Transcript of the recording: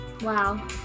Wow